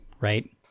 right